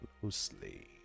closely